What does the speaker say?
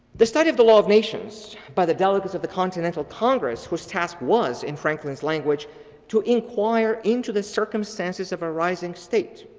the study of the law of nations by the delegates of the continental congress whose task was in franklin's language to inquire into the circumstances of arising state,